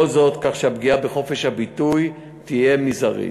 כל זה כך שהפגיעה בחופש הביטוי תהיה מזערית.